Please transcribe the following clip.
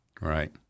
right